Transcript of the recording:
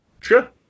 Sure